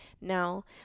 Now